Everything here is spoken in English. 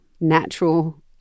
natural